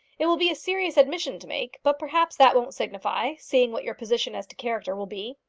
it will be a serious admission to make, but perhaps that won't signify, seeing what your position as to character will be.